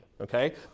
okay